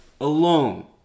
alone